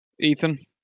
Ethan